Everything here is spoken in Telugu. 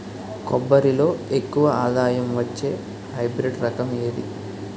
కొబ్బరి లో ఎక్కువ ఆదాయం వచ్చే హైబ్రిడ్ రకం ఏది?